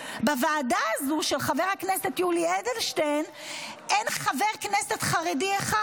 בוועדה הזו של חבר הכנסת יולי אדלשטיין אין חבר כנסת חרדי אחד,